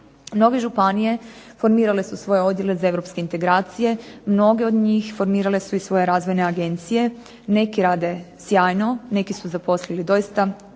Mnoge županije formirale su svoje odjele za europske integracije, mnoge od njih formirale su i svoje razvojne agencije. Neki rade sjajno, neki su zaposlili doista